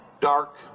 dark